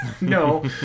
No